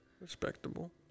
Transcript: Respectable